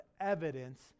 evidence